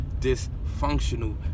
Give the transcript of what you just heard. dysfunctional